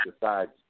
decides